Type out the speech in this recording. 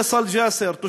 פייסל ג'אסר,